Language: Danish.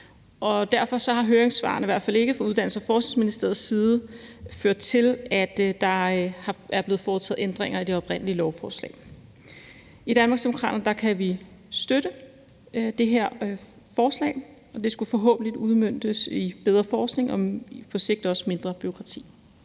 derfor har høringssvarene, i hvert fald ikke fra Uddannelses- og Forskningsministeriets side, ført til, at der er blevet foretaget ændringer i det oprindelige lovforslag. I Danmarksdemokraterne kan vi støtte det her forslag, der forhåbentlig udmøntes i bedre forskning og på sigt også mindre bureaukrati.